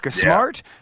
Smart